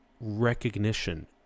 recognition